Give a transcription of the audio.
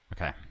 Okay